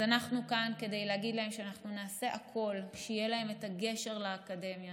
אז אנחנו כאן כדי להגיד להם שנעשה הכול כדי שיהיה להם את הגשר לאקדמיה,